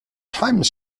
time